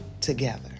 Together